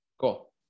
Cool